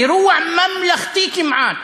אירוע ממלכתי כמעט,